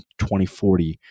2040